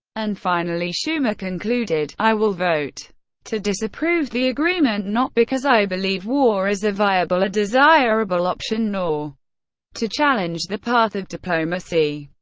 and, finally, schumer concluded i will vote to disapprove the agreement, not, because i believe war is a viable or desirable option, nor to challenge the path of diplomacy.